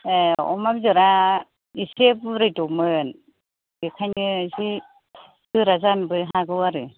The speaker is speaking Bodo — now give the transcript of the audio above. ए अमा बेदरआ एसे बुरैदबमोन बेनिखायनो एसे गोरा जानोबो हागौ आरो